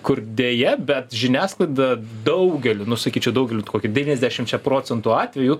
kur deja bet žiniasklaida daugeliu nu sakyčiau daugeliu kokiu devyniasdešimčia procentų atvejų